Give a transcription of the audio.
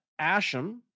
Asham